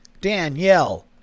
Danielle